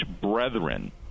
brethren